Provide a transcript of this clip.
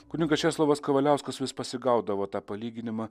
kunigas česlovas kavaliauskas vis pasigaudavo tą palyginimą